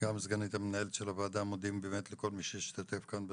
גם סגנית המנהלת של הוועדה,